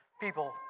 people